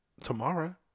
tomorrow